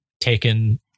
taken